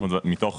מתוך